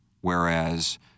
whereas